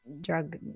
drug